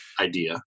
idea